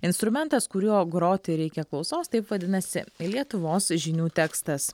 instrumentas kuriuo groti reikia klausos taip vadinasi lietuvos žinių tekstas